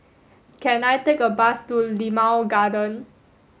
can I take a bus to Limau Garden